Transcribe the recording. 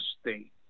State